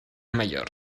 mayor